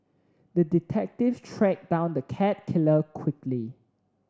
the detective tracked down the cat killer quickly